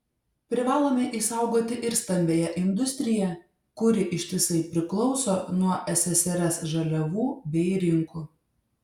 privalome išsaugoti ir stambiąją industriją kuri ištisai priklauso nuo ssrs žaliavų bei rinkų